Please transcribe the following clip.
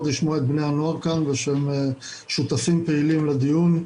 לשמוע את בני הנוער כאן ושהם שותפים פעילים לדיון.